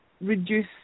reduce